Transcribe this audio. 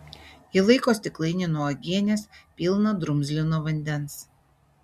ji laiko stiklainį nuo uogienės pilną drumzlino vandens